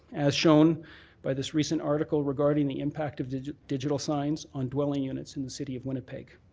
as shown by this recent article regarding the impact of digital digital signs on dwelling units in the city of winnipeg.